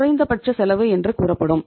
குறைந்தபட்ச செலவு என்று கூறப்படும்